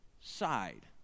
side